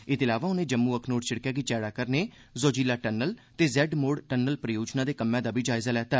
एह्दे इलावा उनें जम्मू अखनूर सड़कै गी चैड़ा करने जोजिला टनल ते जेड़ मोड़ टनल परियोजना दे कम्मै दा बी जायजा लैता